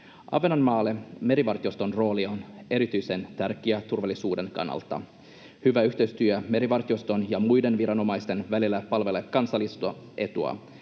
Ahvenanmaalle merivartioston rooli on erityisen tärkeä turvallisuuden kannalta. Hyvä yhteistyö merivartioston ja muiden viranomaisten välillä palvelee kansallista etua.